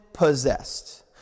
Possessed